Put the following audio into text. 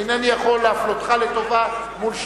אינני יכול להפלותך לטובה מול שנלר.